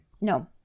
No